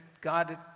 God